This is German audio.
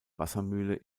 wassermühle